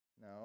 No